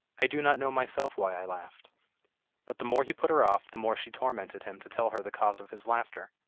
i do not know myself why i laughed but the more he put her off, the more she tormented him to tell her the cause of his laughter.